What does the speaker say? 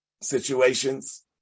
situations